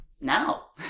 Now